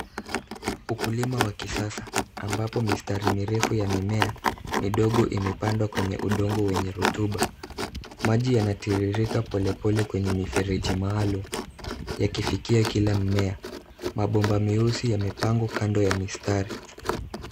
Ukulima wa kisasa ambapo mistari mirefu ya mimea midogo imepandwa kwenye udongo wenye rutuba. Maji yanayotiririka pole pole kwenye mfereji maalum yakifikia Kila mmea. Mabomba meusi yamepangwa kando ya kila mstari.